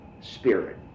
spirit